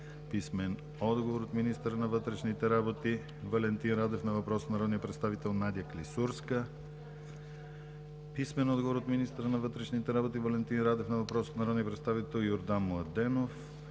Виолета Желева; - министъра на вътрешните работи Валентин Радев на въпрос от народния представител Надя Клисурска; - министъра на вътрешните работи Валентин Радев на въпрос от народния представител Йордан Младенов;